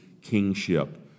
kingship